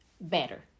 better